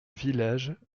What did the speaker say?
village